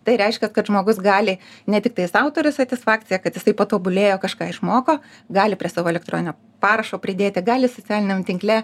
tai reiškia kad žmogus gali ne tiktai sau turi satisfakciją kad jisai patobulėjo kažką išmoko gali prie savo elektroninio parašo pridėti gali socialiniam tinkle